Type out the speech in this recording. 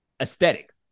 aesthetic